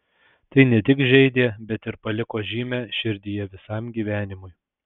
tai ne tik žeidė bet ir paliko žymę širdyje visam gyvenimui